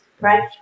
right